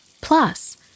Plus